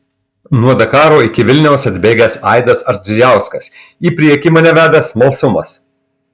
nuo dakaro iki vilniaus atbėgęs aidas ardzijauskas į priekį mane veda smalsumas